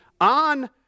on